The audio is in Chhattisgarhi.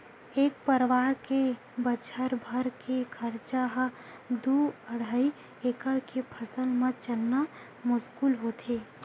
एक परवार के बछर भर के खरचा ह दू अड़हई एकड़ के फसल म चलना मुस्कुल होथे